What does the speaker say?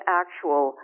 actual